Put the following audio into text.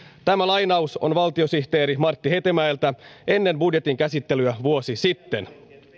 tämä lainaus on valtiosihteeri martti hetemäeltä ennen budjetin käsittelyä vuosi sitten